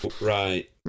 Right